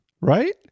right